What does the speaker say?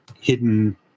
hidden